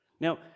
Now